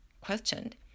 questioned